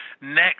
Next